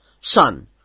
Son